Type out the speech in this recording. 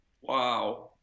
wow